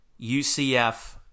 UCF